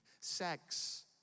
Sex